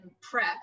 prep